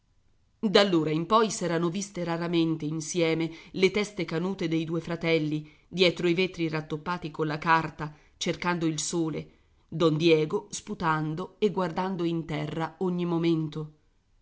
volta d'allora in poi s'erano viste raramente insieme le teste canute dei due fratelli dietro i vetri rattoppati colla carta cercando il sole don diego sputando e guardando in terra ogni momento